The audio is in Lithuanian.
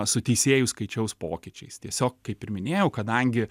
su teisėjų skaičiaus pokyčiais tiesiog kaip ir minėjau kadangi